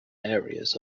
areas